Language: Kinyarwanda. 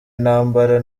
intambara